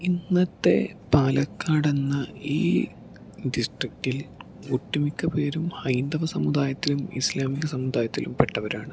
ഇന്നത്തെ പാലക്കാടെന്ന ഈ ഡിസ്ട്രിക്റ്റിൽ ഒട്ടുമിക്ക പേരും ഹൈന്ദവ സമുദായത്തിലും ഇസ്ലാമിക സമുദായത്തിലും പെട്ടവരാണ്